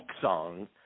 song